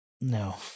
No